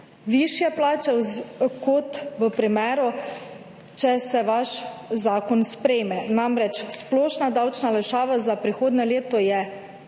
višje plače kot v primeru, če se vaš zakon sprejme. Namreč, splošna davčna olajšava za prihodnje leto je